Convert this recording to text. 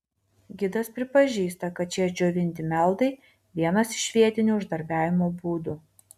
gidas pripažįsta kad šie džiovinti meldai vienas iš vietinių uždarbiavimo būdų